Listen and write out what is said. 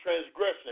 transgression